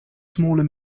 smaller